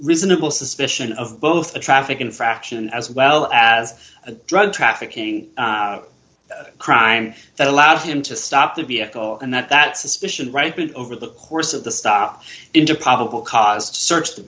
reasonable suspicion of both a traffic infraction as well as a drug trafficking crime that allowed him to stop the vehicle and that that suspicion right but over the course of the stop into probable cause to search the